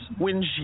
windshield